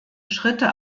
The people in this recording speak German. schritte